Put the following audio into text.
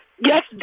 Yes